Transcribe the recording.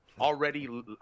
Already